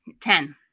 Ten